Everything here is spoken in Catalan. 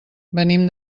venim